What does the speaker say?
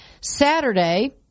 Saturday